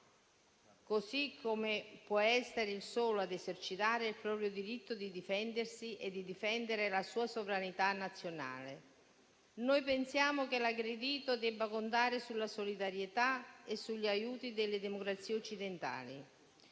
così come può essere il solo ad esercitare il proprio diritto di difendersi e di difendere la sua sovranità nazionale. Noi pensiamo che l'aggredito debba contare sulla solidarietà e sugli aiuti delle democrazie occidentali.